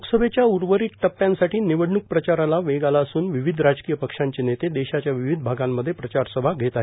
लोकसभेच्या उर्वरित टप्प्यांसाठी निवडणूक प्रचाराला वेग आला असून विविध राजकीय पक्षांचे नेते देशाच्या विविध भागांमध्ये प्रचारसभा घेत आहेत